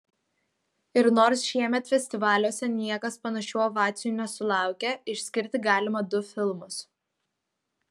ir nors šiemet festivaliuose niekas panašių ovacijų nesulaukė išskirti galima du filmus